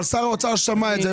אבל שר האוצר שמע את זה,